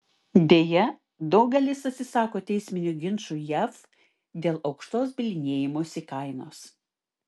deja daugelis atsisako teisminių ginčų jav dėl aukštos bylinėjimosi kainos